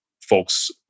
folks